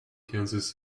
kansas